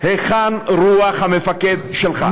היכן רוח המפקד שלך?